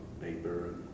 paper